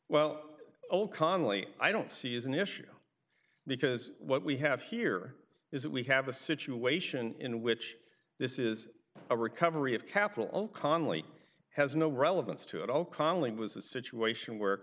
well old conley i don't see is an issue because what we have here is that we have a situation in which this is a recovery of capital all conley has no relevance to it all calmly was a situation where